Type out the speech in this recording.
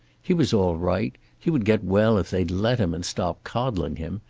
he was all right. he would get well if they'd let him, and stop coddling him.